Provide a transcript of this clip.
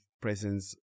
presence